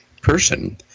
person